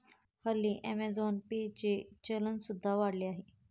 हल्ली Amazon Pay चे चलन सुद्धा वाढले आहे